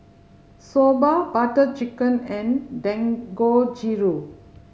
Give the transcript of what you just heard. Soba Butter Chicken and Dangojiru